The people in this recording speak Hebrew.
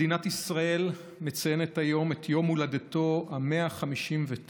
מדינת ישראל מציינת היום את יום הולדתו ה-159